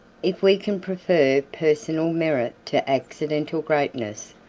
if we can prefer personal merit to accidental greatness,